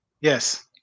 Yes